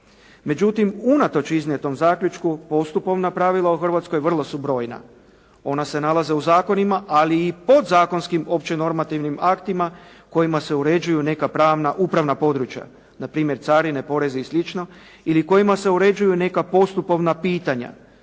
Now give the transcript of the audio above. Međutim, unatoč iznijetom zaključku postupovna pravila u Hrvatskoj vrlo su brojna. Ona se nalaze u zakonima, ali i podzakonskim opće-normativnim aktima kojima se uređuju neka pravna, upravna područja. Na primjer carine, porez i slično ili kojima se uređuju neka postupovna pitanja,